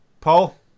Paul